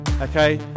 okay